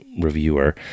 reviewer